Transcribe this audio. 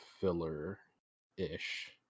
filler-ish